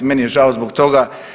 Meni je žao zbog toga.